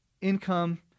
income